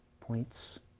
points